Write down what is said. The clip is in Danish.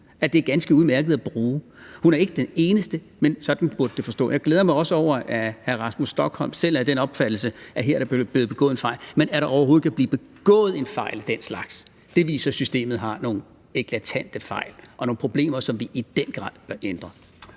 at det er ganske udmærket at bruge. Hun er ikke den eneste. Men sådan burde man forstå det. Jeg glæder mig også over, at hr. Rasmus Stoklund selv er af den opfattelse, at der her er begået en fejl. Men at der overhovedet kan blive begået en fejl af den slags, viser, at systemet har nogle eklatante fejl og nogle problemer, som vi i den grad bør ændre.